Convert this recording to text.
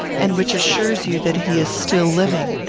and which assures you that he is still living.